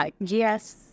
Yes